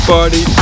Party